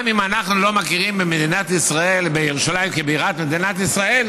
גם אם אנחנו לא מכירים בירושלים כבירת מדינת ישראל,